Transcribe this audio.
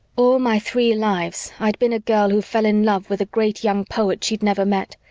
all my three lives i'd been a girl who fell in love with a great young poet she'd never met,